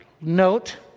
Note